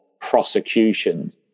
prosecutions